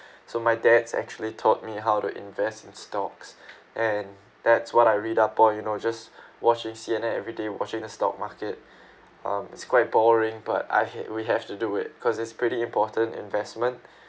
so my dad's actually taught me how to invest in stocks and that's what I read up all you know just watching C_N_N everyday watching the stock market um it's quite boring but I had~ we have to do it because it's pretty important investment